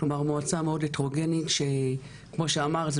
כלומר מועצה מאוד הטרוגנית שכמו שאמרת,